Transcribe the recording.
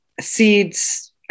Seeds